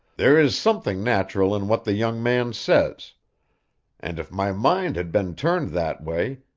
there is something natural in what the young man says and if my mind had been turned that way,